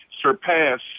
surpass